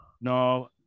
No